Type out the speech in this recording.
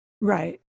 Right